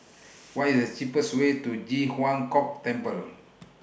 What IS The cheapest Way to Ji Huang Kok Temple